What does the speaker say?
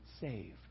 saved